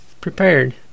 prepared